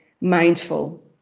mindful